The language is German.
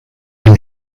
ein